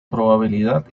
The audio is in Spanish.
probabilidad